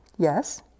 Yes